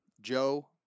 Joe